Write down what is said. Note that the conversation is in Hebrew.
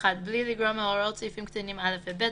"(ב1)בלי לגרוע מהוראות סעיפים קטנים (א) ו-(ב),